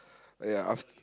oh ya af~